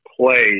play